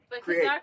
create